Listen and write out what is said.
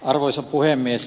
arvoisa puhemies